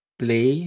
play